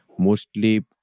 Mostly